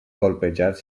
colpejat